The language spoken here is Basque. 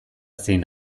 zein